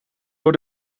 door